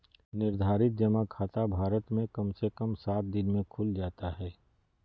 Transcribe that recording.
निर्धारित जमा खाता भारत मे कम से कम सात दिन मे खुल जाता हय